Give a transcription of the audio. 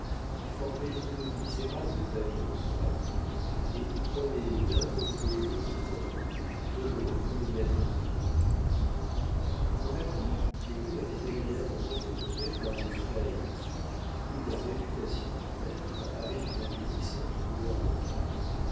qui formaient deux misérables pavillons sur la cour et où trônaient d'un côté le prote de l'autre le maître imprimeur dans la cour les murs étaient agréablement décorés par des treilles qui vu la réputation du maître avaient une appétissante couleur locale